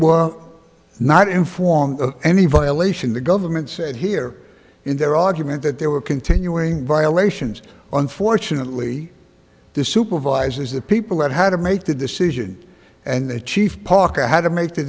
were not informed of any violation the government said here in their argument that they were continuing violations unfortunately the supervisors the people that had made the decision and the chief parker had to make the